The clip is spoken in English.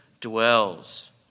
dwells